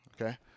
okay